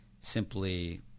simply